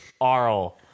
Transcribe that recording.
Arl